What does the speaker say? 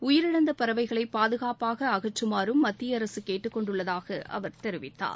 உயிரிழந்த பறவைகளை பாதுகாப்பாக அகற்றுமாறும் மத்திய அரசு கேட்டுக்கொண்டுள்ளதாக அவர் தெரிவித்தார்